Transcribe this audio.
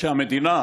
שהמדינה,